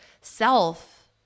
self